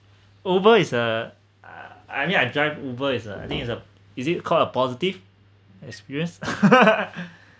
Uber is a ah I mean I drive Uber is uh I think is uh is it called a positive experience